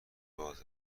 باز